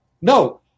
No